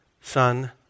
Son